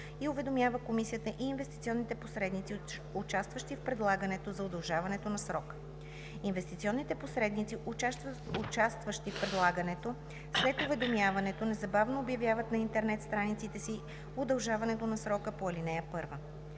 и уведомява комисията и инвестиционните посредници, участващи в предлагането, за удължаването на срока. Инвестиционните посредници, участващи в предлагането, след уведомяването незабавно обявяват на интернет страниците си удължаването на срока по ал. 1.